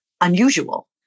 unusual